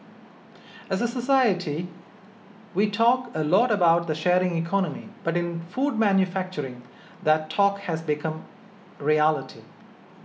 as a society we talk a lot about the sharing economy but in food manufacturing that talk has become reality